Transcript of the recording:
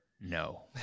no